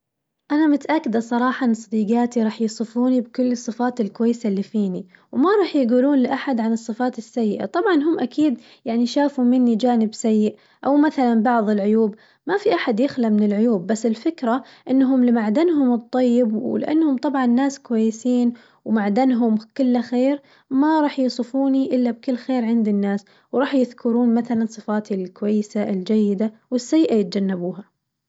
أنا متأكدة صراحة إنه صديقاتي راح يوصوفوني بكل الصفات الكويسة اللي فيني، وما راح يقولون لأحد عن الصفات السيئة ، طبعاً هم أكيد يعني شافوا مني جانب سيء أو مثلاً بعظ العيوب ما في أحد يخلى من العيوب، بس الفكرة إنهم لمعدنهم الطيب ولأنهم طبعاً ناس كويسين ومعدنهم كله خير ما راح يوصوفوني إلا بكل خير عند الناس، وراح يذكرون مثلاً صفاتي الكويسة الجيدة والسيئة يتجنبوها.